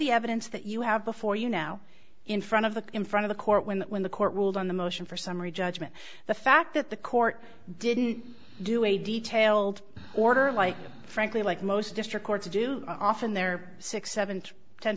the evidence that you have before you now in front of the in front of the court when when the court ruled on the motion for summary judgment the fact that the court didn't do a detailed order like frankly like most district court to do often there six seven t